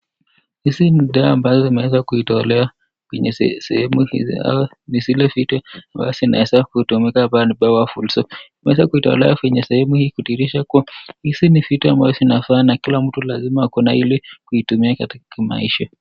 Hizi ni dawa ambazo zimeweza kuitolea kwenye sehemu hii au ni zile vitu ambao zinaweza kutumika pahali, zimeweza kutolewa sehemu hii kudhihirisha kuwa hizi ni vitu ambaye zinafaa na kila mtu anafaa akuwe nayo ili kuitumia katika maisha.